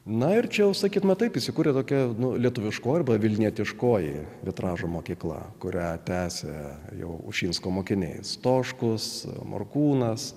na verčiau sakyti matai įsikūrė tokia nu lietuviško arba vilnietiškoji vitražo mokykla kurią tęsia jau ušinsko mokiniai stoškus morkūnas